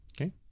Okay